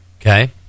Okay